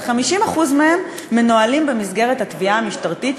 אבל 50% מהם מנוהלים במסגרת התביעה המשטרתית,